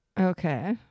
okay